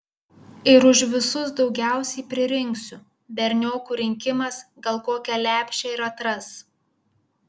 ir už visus daugiausiai pririnksiu berniokų rinkimas gal kokią lepšę ir atras